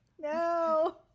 No